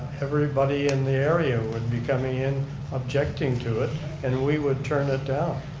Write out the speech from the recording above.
everybody in the area would be coming in objecting to it and we would turn it down.